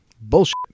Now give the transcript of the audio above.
Bullshit